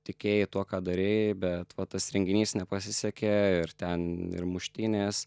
tikėjai tuo ką darei bet va tas renginys nepasisekė ir ten ir muštynės